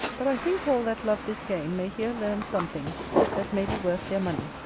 but i think all that love this game may here learn something that may be worth their money,